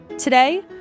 Today